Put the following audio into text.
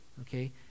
okay